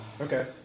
Okay